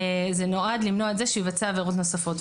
זה נועד למנוע את זה שיבצע עבירות נוספות.